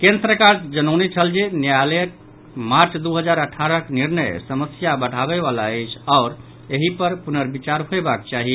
केन्द्र सरकार जनौने छल जे न्यायालयक मार्च दू हजार अठारहक निर्णय समस्या बढ़ाबय वला अछि आओर एहि पर पुनर्विचार होयबाक चाही